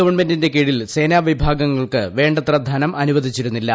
ഗവൺമെന്റിന്റെ കീഴിൽ സേനാവിഭാഗങ്ങൾക്ക് വേ ത്ര ധനം അനുവദിച്ചിരുന്നില്ല